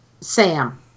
Sam